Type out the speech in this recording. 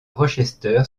rochester